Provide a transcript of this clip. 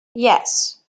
yes